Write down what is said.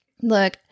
Look